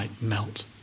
melt